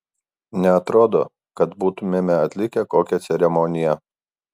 neatrodo kad būtumėme atlikę kokią ceremoniją